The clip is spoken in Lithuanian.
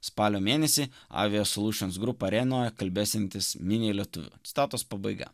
spalio mėnesį kalbėsiantis miniai lietuvių citatos pabaiga